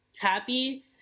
happy